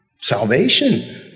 salvation